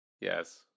Yes